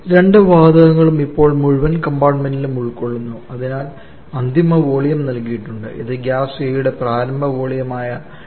രണ്ട് വാതകങ്ങളും ഇപ്പോൾ മുഴുവൻ കമ്പാർട്ടുമെന്റിലും ഉൾക്കൊള്ളുന്നു അതിനാൽ അന്തിമ വോളിയം നൽകിയിട്ടുണ്ട് ഇത് ഗ്യാസ് A യുടെ പ്രാരംഭ വോള്യമായ 0